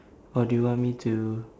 or do you want me to